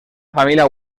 familia